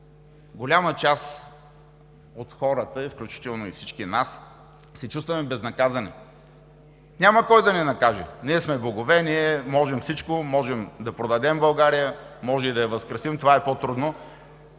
голяма част от хората, включително всички ние се чувстваме безнаказани. Няма кой да ни накаже – ние сме богове, можем всичко, можем да продадем България, можем и да я възкресим – това е по-трудно.